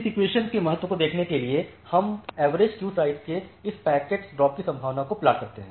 इस इक्वेशॅन के महत्व को देखने के लिए हम एवरेज क्यू साइज के इस पैकेट्स ड्रॉप की संभावना को प्लाट करते हैं